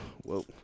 Whoa